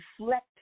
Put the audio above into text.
reflect